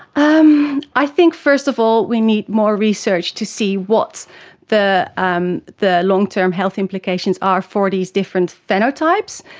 um i think first of all we need more research to see what the um the long-term health implications are for these different phenotypes.